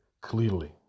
clearly